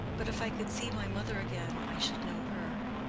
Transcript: but if i could see my mother again i should know her.